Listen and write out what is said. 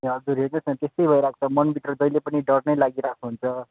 त्यस्तै भइरहेको छ मनभित्र जहिले पनि डर नै लागिरहेको हुन्छ